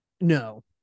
no